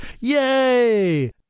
Yay